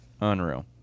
unreal